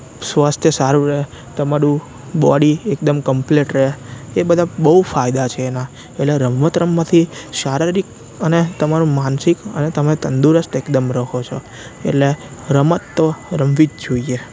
સ્વાસ્થ્ય સારું રહે તમારું બોડી એકદમ કંપલેટ રહે એ બધા બહુ ફાયદા છે એના એટલે રમત રમવાથી શારીરક અને તમારું માનસિક અને તમે તંદુરસ્ત એકદમ રહો છો એટલે રમત તો રમવી જ જોઈએ